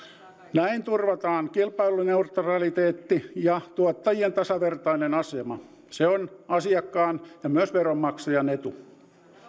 näin turvataan kilpailuneutraliteetti ja tuottajien tasavertainen asema se on asiakkaan ja myös veronmaksajan etu